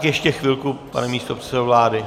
Ještě chvilku, pane místopředsedo vlády...